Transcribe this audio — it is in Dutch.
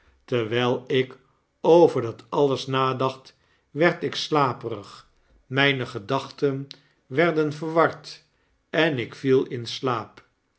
terwijl ik over dat alles nadacht werd ik slaperig myne gedachten werden verward en ik viel in slaap